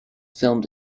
filmed